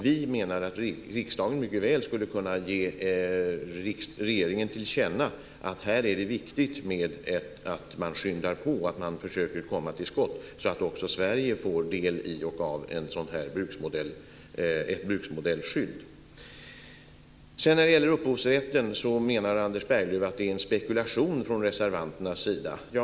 Vi menar att riksdagen mycket väl skulle kunna ge regeringen till känna att här är det viktigt att man skyndar på och försöker komma till skott, så att också Sverige får del i och av ett bruksmodellskydd. När det gäller upphovsrätten menar Anders Berglöv att det är en spekulation från reservanternas sida.